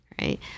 right